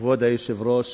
כבוד היושב-ראש